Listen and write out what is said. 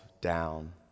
down